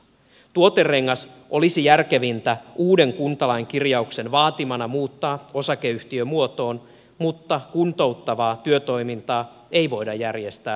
tuoterengas olisi järkevintä uuden kuntalain kirjauksen vaatimana muuttaa osakeyhtiömuotoon mutta kuntouttavaa työtoimintaa ei voida järjestää osakeyhtiössä